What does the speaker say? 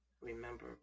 remember